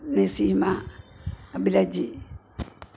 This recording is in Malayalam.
നസീമ അബ്ലജ്